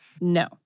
No